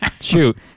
shoot